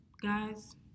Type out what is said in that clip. guys